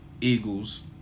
Eagles